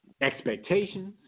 expectations